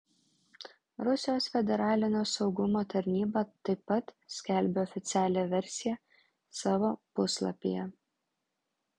rusijos federalinio saugumo tarnyba taip pat skelbia oficialią versiją savo puslapyje